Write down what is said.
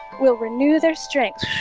will renew their strength